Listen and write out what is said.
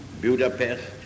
Budapest